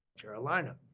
Carolina